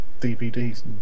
DVDs